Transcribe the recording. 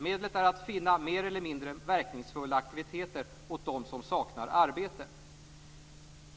Medlet är att finna mer eller mindre verkningsfulla aktiviteter åt dem som saknar arbete.